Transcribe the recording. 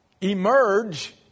emerge